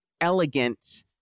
elegant